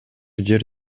жер